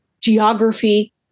geography